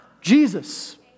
Jesus